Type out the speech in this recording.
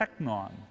technon